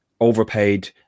overpaid